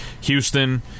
Houston